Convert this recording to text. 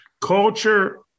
Culture